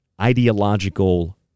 ideological